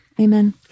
amen